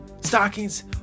stockings